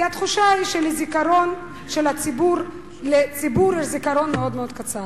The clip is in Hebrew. כי התחושה היא שלציבור יש זיכרון מאוד מאוד קצר,